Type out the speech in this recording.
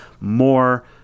more